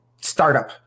startup